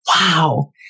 wow